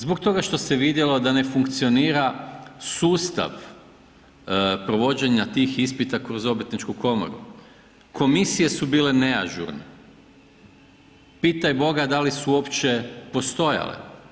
Zbog toga što se vidjelo da ne funkcionira sustav provođenja tih ispita kroz obrtničku komoru, komisije su bile neažurne, pitaj Boga da li su uopće postojale.